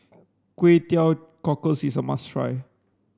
kway teow cockles is a must try